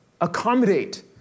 accommodate